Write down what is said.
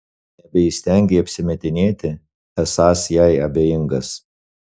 nebeįstengei apsimetinėti esąs jai abejingas